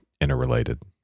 interrelated